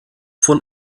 von